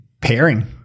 pairing